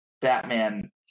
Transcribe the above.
Batman